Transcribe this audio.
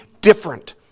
different